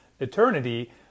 eternity